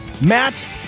Matt